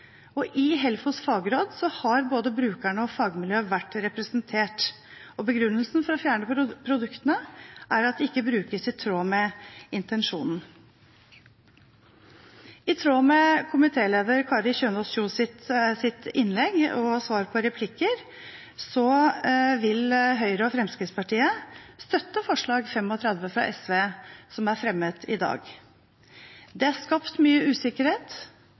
riktig. I HELFOs fagråd har både brukerne og fagmiljøet vært representert, og begrunnelsen for å fjerne produktene er at de ikke brukes i tråd med intensjonen. I tråd med komitéleder Kari Kjønaas Kjos’ innlegg og svar på replikker vil Høyre og Fremskrittspartiet støtte forslag nr. 35, fra SV, som er fremmet i dag. Det er skapt mye usikkerhet